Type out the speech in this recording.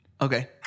Okay